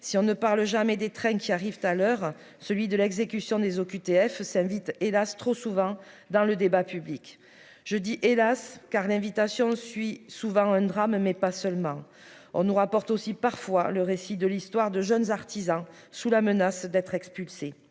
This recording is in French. si on ne parle jamais, des trains qui arrivent à l'heure, celui de l'exécution des OQTF s'invite hélas trop souvent dans le débat public, je dis hélas car l'invitation suis souvent un drame, mais pas seulement, on nous rapporte aussi parfois le récit de l'histoire de jeunes artisans sous la menace d'être expulsés